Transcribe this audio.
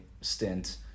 stint